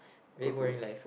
okay